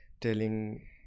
telling